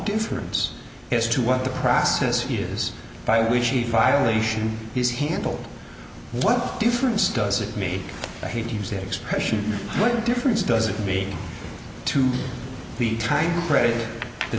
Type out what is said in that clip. difference as to what the process is by which the violation is handled what difference does it make i hate to use the expression what difference does it mean to the t